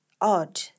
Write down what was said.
odd